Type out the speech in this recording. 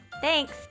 Thanks